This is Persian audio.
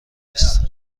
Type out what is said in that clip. نیست